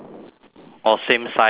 or same size but